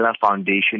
Foundation